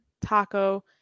taco